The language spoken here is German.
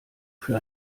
für